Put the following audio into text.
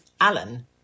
Alan